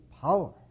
power